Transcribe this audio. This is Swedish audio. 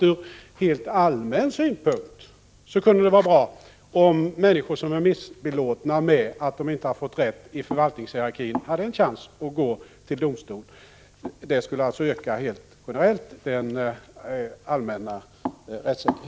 Ur allmän synpunkt kunde det dessutom vara bra om människor som är missbelåtna med att de inte har fått rätt i förvaltningshierarkin hade en chans att gå till domstol. Det skulle helt generellt öka den allmänna rättssäkerheten.